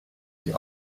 die